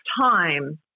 time